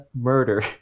murder